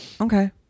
Okay